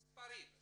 מספרים.